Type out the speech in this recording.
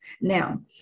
now